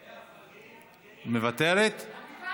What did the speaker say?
מוותרת?